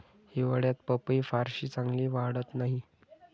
हिवाळ्यात पपई फारशी चांगली वाढत नाही